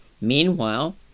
Meanwhile